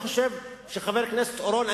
חבר הכנסת אורון,